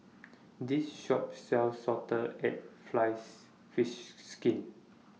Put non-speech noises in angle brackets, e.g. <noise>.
<noise> This Shop sells Salted Egg flies Fish Skin